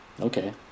Okay